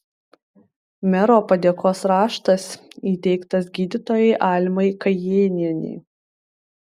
mero padėkos raštas įteiktas gydytojai almai kajėnienei